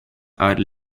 are